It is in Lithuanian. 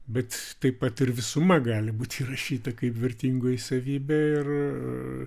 bet taip pat ir visuma gali būti įrašyta kaip vertingoji savybė ir